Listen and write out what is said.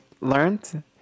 learned